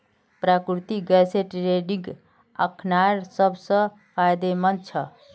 प्राकृतिक गैसेर ट्रेडिंग अखना सब स फायदेमंद छ